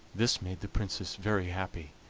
this made the princess very happy,